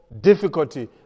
difficulty